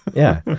yeah.